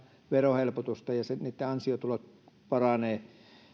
verohelpotusta ja heidän ansiotulonsa paranevat